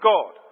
God